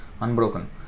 Unbroken